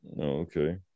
Okay